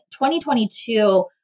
2022